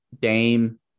Dame